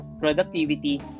productivity